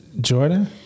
Jordan